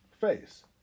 Face